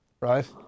Right